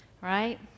right